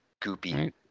goopy